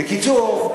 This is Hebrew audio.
בקיצור,